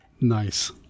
Nice